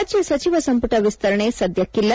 ರಾಜ್ಯ ಸಚಿವ ಸಂಪುಟ ವಿಸ್ತರಣೆ ಸದಕ್ಕಿಲ್ಲ